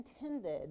intended